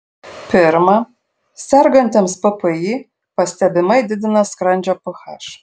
pirma sergantiems ppi pastebimai didina skrandžio ph